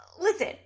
listen